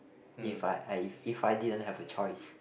if I I if I didn't have a choice